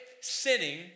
sinning